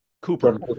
Cooper